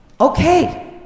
Okay